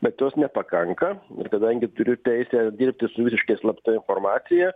bet jos nepakanka ir kadangi turiu teisę dirbti su visiškai slapta informacija